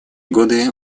годы